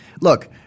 Look